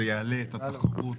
זה יעלה את התחרות,